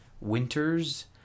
Winters